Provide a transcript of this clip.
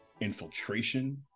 infiltration